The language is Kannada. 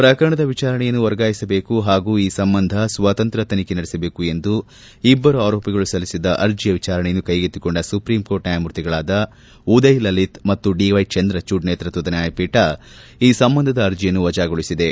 ಪ್ರಕರಣದ ವಿಚಾರಣೆಯನ್ನು ವರ್ಗಾಯಿಸಬೇಕು ಹಾಗೂ ಈ ಸಂಬಂಧ ಸ್ವತಂತ್ರ ತನಿಖೆ ನಡೆಸಬೇಕು ಎಂದು ಇಬ್ಬರು ಆರೋಪಿಗಳು ಸಲ್ಲಿಸಿದ್ದ ಅರ್ಜಿಯ ವಿಚಾರಣೆಯನ್ನು ಕೈಗೆತ್ತಿಕೊಂಡ ಸುಪ್ರೀಂ ಕೋರ್ಟ್ ನ್ಯಾಯಮೂರ್ತಿಗಳಾದ ಉದಯ್ ಲಲಿತ್ ಮತ್ತು ಡಿವೈ ಚಂದ್ರಚೂಡ್ ನೇತೃತ್ವದ ನ್ಯಾಯಪೀಠ ಈ ಸಂಬಂಧದ ಅರ್ಜಿಯನ್ನು ವಜಾಗೊಳಿಸಿದೆ